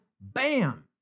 bam